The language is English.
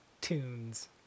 tunes